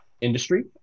industry